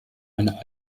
einer